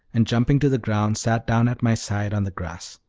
and jumping to the ground, sat down at my side on the grass.